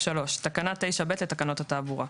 (3)תקנה 9(ב) לתקנות התעבורה.